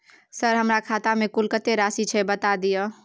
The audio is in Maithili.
सर हमरा खाता में कुल कत्ते राशि छै बता दिय?